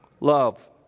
love